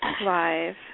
Live